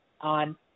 on